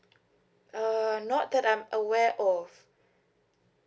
uh not that I'm aware of